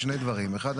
שני דברים: אחד,